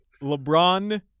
LeBron